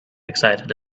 excited